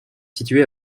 situé